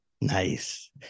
Nice